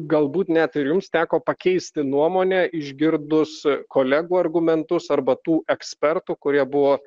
galbūt net ir jums teko pakeisti nuomonę išgirdus kolegų argumentus arba tų ekspertų kurie buvo